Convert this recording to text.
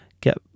get